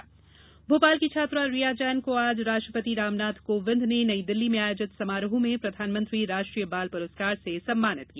राष्ट्रपति पुरस्कार भोपाल की छात्रा रिया जैन को आज राष्ट्रपति रामनाथ कोविंद ने नई दिल्ली में आयोजित समारोह में प्रधानमंत्री राष्ट्रीय बाल पुरस्कार से सम्मानित किया